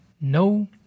No